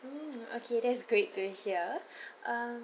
mm okay that's great to hear um